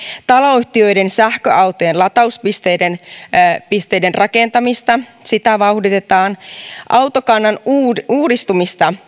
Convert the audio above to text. taloyhtiöiden sähköautojen latauspisteiden rakentamista vauhditetaan autokannan uudistumista